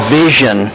vision